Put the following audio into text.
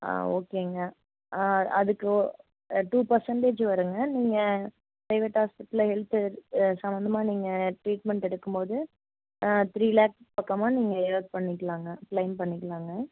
ஆ ஓகேங்க ஆ அதுக்கு டூ பர்சன்டேஜ் வருங்க நீங்கள் பிரைவேட் ஹாஸ்பிட்டலில் ஹெல்த்து சம்மந்தமாக நீங்கள் ட்ரீட்மெண்ட் எடுக்கும்போது த்ரீ லாக் கட்டாம நீங்கள் லாக்ஸ் பண்ணிக்கலாங்க க்ளைம் பண்ணிக்கலாங்க